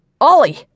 Ollie